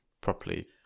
properly